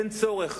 אין צורך.